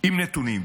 עם נתונים.